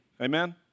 Amen